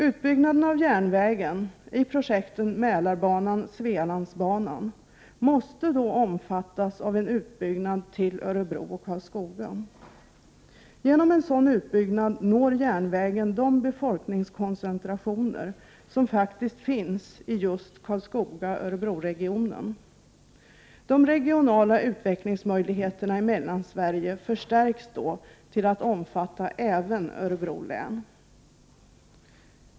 Utbyggnaden av järnvägen i projekten Mälarbanan och Svealandsbanan måste då omfattas av en utbyggnad till Örebro och Karlskoga. Genom en sådan utbyggnad når järnvägen de befolkningskoncentrationer som faktiskt finns i just Karlskoga-Örebro-regionen. De regionala utvecklingsmöjligheterna i Mellansverige förstärks då till att omfatta även Örebro län.